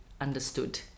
understood